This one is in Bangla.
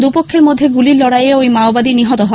দুপক্ষের মধ্যে গুলির লড়াইয়ে ঐ মাওবাদী নিহত হয়